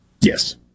Yes